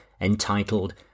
entitled